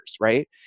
right